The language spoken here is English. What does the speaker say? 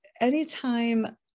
anytime